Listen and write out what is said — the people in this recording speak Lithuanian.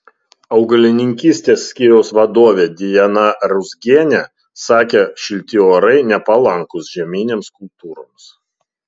augalininkystės skyriaus vadovė dijana ruzgienė sakė šilti orai nepalankūs žieminėms kultūroms